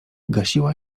gasiła